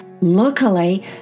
Luckily